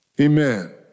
Amen